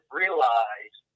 realize